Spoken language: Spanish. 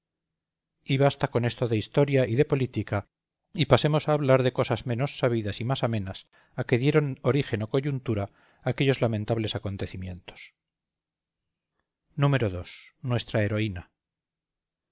y basta con esto de historia y de política y pasemos a hablar de cosas menos sabidas y más amenas a que dieron origen o coyuntura aquellos lamentables acontecimientos ii nuestra heroína